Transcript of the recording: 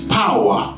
power